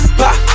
pop